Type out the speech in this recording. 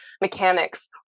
mechanics